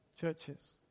churches